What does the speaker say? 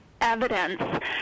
Evidence